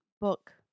book